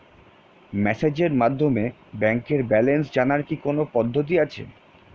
মেসেজের মাধ্যমে ব্যাংকের ব্যালেন্স জানার কি কোন পদ্ধতি আছে?